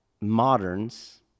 moderns